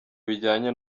bijyanye